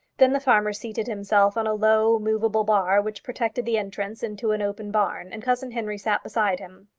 then the farmer seated himself on a low, movable bar which protected the entrance into an open barn, and cousin henry sat beside him.